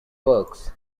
works